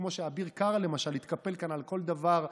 כמו שאביר קארה למשל התקפל כאן על כל דבר.